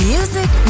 Music